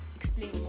explain